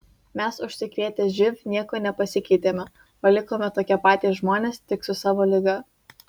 mes užsikrėtę živ niekuo nepasikeitėme o likome tokie patys žmonės tik su savo liga